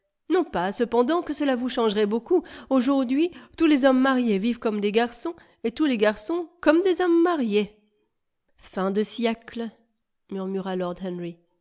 non pas cependant que cela vous changerait beaucoup aujourd'hui tous les hommes mariés vivent comme des garçons et tous les garçons comme des hommes mariés fin de siècle